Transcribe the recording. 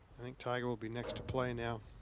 i think tiger will be next to play now